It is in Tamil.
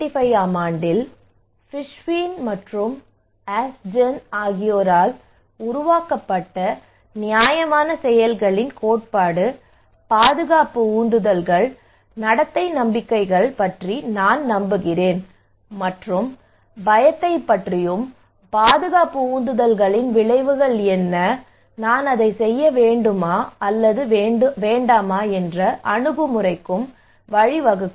1975 ஆம் ஆண்டில் ஃபிஷ்பீன் மற்றும் அஸ்ஜென் ஆகியோரால் உருவாக்கப்பட்ட நியாயமான செயல்களின் கோட்பாடு பாதுகாப்பு உந்துதல்கள் நடத்தை நம்பிக்கைகள் பற்றி நான் நம்புகிறேன் மற்றும் பயத்தைப் பற்றியும் பாதுகாப்பு உந்துதல்களின் விளைவுகள் என்ன நான் அதைச் செய்ய வேண்டுமா அல்லது வேண்டுமா என்ற அணுகுமுறைக்கு வழிவகுக்கும்